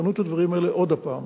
יבחנו את הדברים האלה עוד פעם.